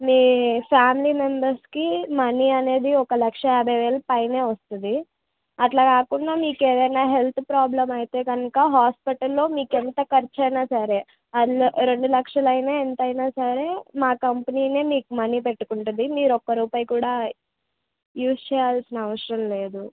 మీ family మెంబెర్స్కి money అనేది ఒక లక్ష యాభై వేలకు పైనే వస్తుంది అలా కాకుండా మీకు ఏదైనా హెల్త్ ప్రాబ్లెమ్ అయితే కనుక హాస్పిటల్లో మీకు ఎంత ఖర్చు అయినా సరే అందులో రెండు లక్షలు అయినా ఎంత అయినా సరే మా కంపెనీనే మీకు మనీ పెట్టుకుంటుంది మీరు ఒక రూపాయి కూడా యూజ్ చేయాల్సిన అవసరం లేదు